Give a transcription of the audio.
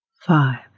five